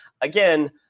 again